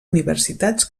universitats